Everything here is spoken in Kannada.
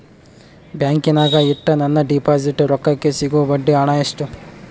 ಬ್ಯಾಂಕಿನಾಗ ಇಟ್ಟ ನನ್ನ ಡಿಪಾಸಿಟ್ ರೊಕ್ಕಕ್ಕೆ ಸಿಗೋ ಬಡ್ಡಿ ಹಣ ಎಷ್ಟು?